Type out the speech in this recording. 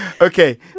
Okay